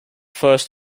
first